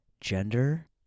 gender